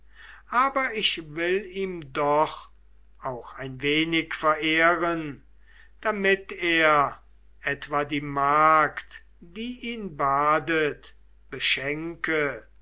aber ich will ihm doch auch ein wenig verehren damit er etwa die magd die ihn badet beschenke